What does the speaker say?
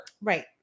Right